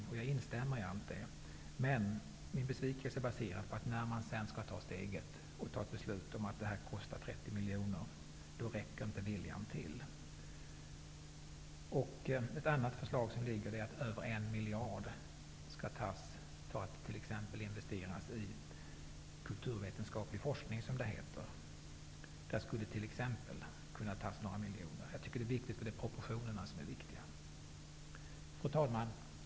Jag själv instämmer i allt detta, men man vill inte ta steget att låta detta kosta 30 Ett annat förslag som föreligger är att över en miljard skall tas i anspråk för att t.ex. investeras i kulturvetenskaplig forskning, som det heter. Exempelvis därifrån skulle man kunna ta några miljoner. Proportionerna är viktiga i sådna här sammanhang. Fru talman!